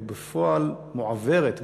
ובפועל מועברת,